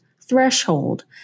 threshold